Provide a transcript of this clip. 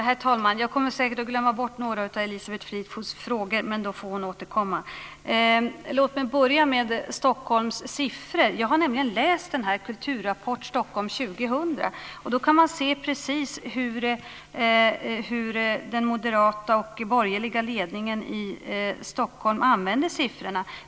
Herr talman! Jag kommer säkert att glömma bort några av Elisabeth Fleetwoods frågor, men då får hon återkomma. Låt mig börja med Stockholms siffror. Jag har läst Kulturrapport Stockholm 2000. Där kan man se precis hur den moderata och borgerliga ledningen i Stockholm använder siffrorna.